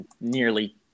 nearly